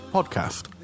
Podcast